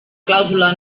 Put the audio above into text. clàusula